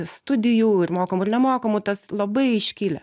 studijų ir mokamų ir nemokamų tas labai iškilę